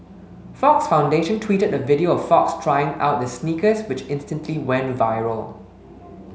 Fox Foundation tweeted a video of Fox trying out the sneakers which instantly went viral